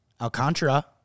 Alcantara